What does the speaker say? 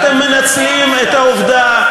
אתם מנצלים את העובדה